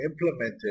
implemented